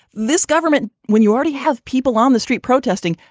this government, when you already have people on the street protesting,